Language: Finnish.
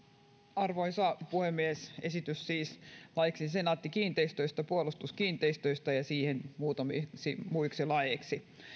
arvoisa puhemies tämä on siis esitys laiksi senaatti kiinteistöistä puolustuskiinteistöistä ja siihen liittyviksi muutamiksi muiksi laeiksi